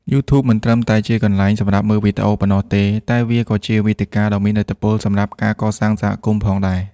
YouTube មិនត្រឹមតែជាកន្លែងសម្រាប់មើលវីដេអូប៉ុណ្ណោះទេ តែវាក៏ជាវេទិកាដ៏មានឥទ្ធិពលសម្រាប់ការ កសាងសហគមន៍ ផងដែរ។